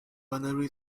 binary